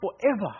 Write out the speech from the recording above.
forever